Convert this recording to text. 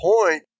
point